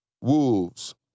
Wolves